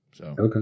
Okay